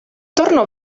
tornò